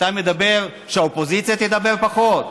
אתה אומר שהאופוזיציה תדבר פחות?